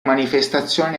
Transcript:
manifestazioni